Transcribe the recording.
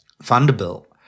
Vanderbilt